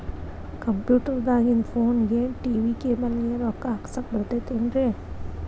Computer ದಾಗಿಂದ್ ಫೋನ್ಗೆ, TV cable ಗೆ, ರೊಕ್ಕಾ ಹಾಕಸಾಕ್ ಬರತೈತೇನ್ರೇ?